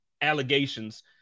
allegations